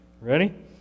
Ready